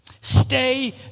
Stay